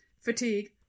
Fatigue